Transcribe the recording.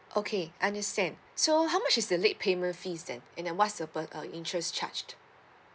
okay understand so how much is the late payment fees then and then what's the pur~ uh interest charge